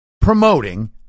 promoting